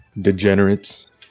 degenerates